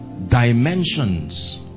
dimensions